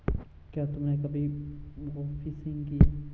क्या तुमने कभी बोफिशिंग की है?